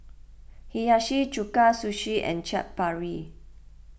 Hiyashi Chuka Sushi and Chaat Papri